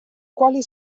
quali